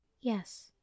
yes